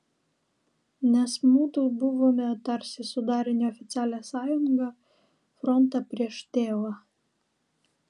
nes mudu buvome tarsi sudarę neoficialią sąjungą frontą prieš tėvą